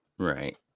Right